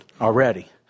already